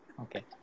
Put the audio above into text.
Okay